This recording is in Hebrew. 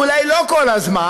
אולי לא כל הזמן,